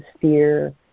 fear